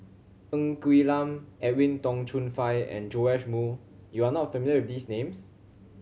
Ng Quee Lam Edwin Tong Chun Fai and Joash Moo you are not familiar with these names